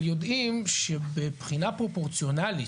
אבל יודעים שבבחינה פרופורציונאלית,